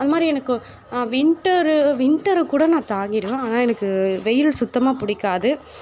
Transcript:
அதுமாதிரி எனக்கு வின்டர் வின்டரைக்கூட நான் தாங்கிடுவேன் ஆனால் எனக்கு வெயில் சுத்தமாக பிடிக்காது